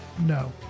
no